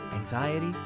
anxiety